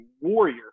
warrior